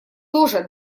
тоже